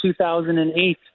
2008